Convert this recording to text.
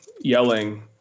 yelling